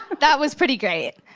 but that was pretty great.